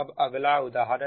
अब अगला उदाहरण